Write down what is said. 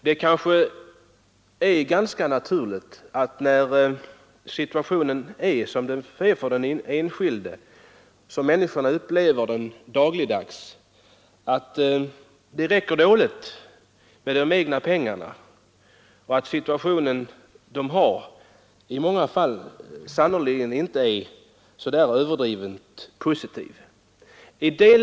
Det är kanske naturligt, när människorna dagligdags upplever att pengarna räcker dåligt till och att deras egen situation sannerligen inte är överdrivet ljus.